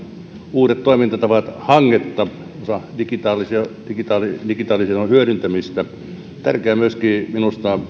uudet toimintatavat hanketta osa digitalisaation hyödyntämistä tärkeää on minusta